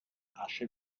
asche